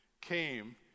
came